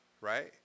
right